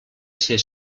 ser